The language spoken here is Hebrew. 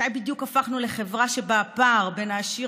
מתי בדיוק הפכנו לחברה שבה הפער בין העשיר